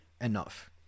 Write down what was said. enough